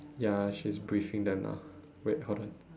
ya she's briefing them now wait hold on